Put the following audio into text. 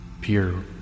Pure